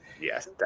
yes